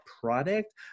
product